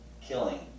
killing